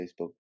Facebook